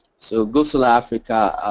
so gosolar africa